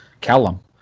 Callum